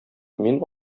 мин